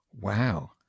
Wow